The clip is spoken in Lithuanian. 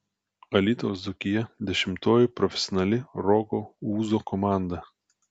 alytaus dzūkija dešimtoji profesionali roko ūzo komanda